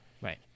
right